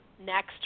next